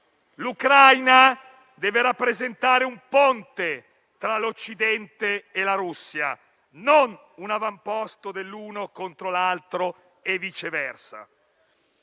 l'Ucraina deve rappresentare un ponte tra l'Occidente e la Russia e non un avamposto dell'una contro l'altra e viceversa.